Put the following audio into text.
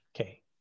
Okay